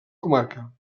comarca